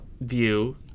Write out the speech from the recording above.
view